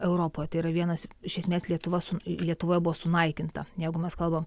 europoj tai yra vienas iš esmės lietuva su lietuvoje buvo sunaikinta jeigu mes kalbam